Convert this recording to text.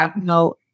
no